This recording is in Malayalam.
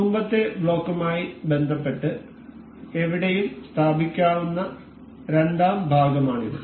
മുമ്പത്തെ ബ്ലോക്കുമായി ബന്ധപ്പെട്ട് എവിടെയും സ്ഥാപിക്കാവുന്ന രണ്ടാം ഭാഗമാണിത്